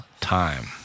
time